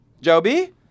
Joby